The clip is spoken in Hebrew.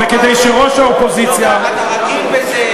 אתה רגיל בזה,